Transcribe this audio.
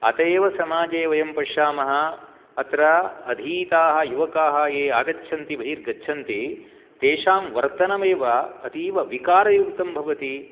अतः एव समाजे वयं पश्यामः अत्र अधीताः युवकाः ये आगच्छन्ति बहिर्गच्छन्ति तेषां वर्तनम् एव अतीवविकारयुक्तं भवति